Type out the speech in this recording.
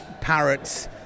parrots